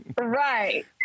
Right